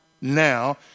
now